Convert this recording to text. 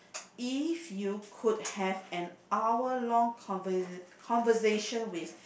if you could have an hour long conversa~ conversation with